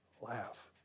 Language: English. laugh